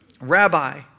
Rabbi